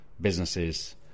businesses